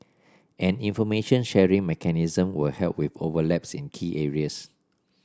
an information sharing mechanism will help with overlaps in key areas